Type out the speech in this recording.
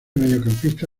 mediocampista